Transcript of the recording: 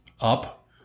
up